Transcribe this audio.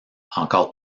encore